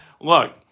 Look